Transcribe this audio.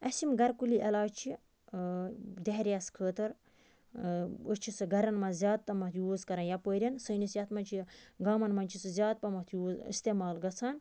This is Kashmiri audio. اَسہِ یِم گرِ کُلی علاج چھِ دیرِیَس خٲطرٕ أسۍ چھُ سُہ گرَن منٛز زیادٕ تِمَن یوٗز کران یَپٲرۍ سٲنِس یَتھ منٛز چھُ گامَس منٛز چھُ سُہ زیادٕ پَہمَتھ یوٗز اِستعمال گژھان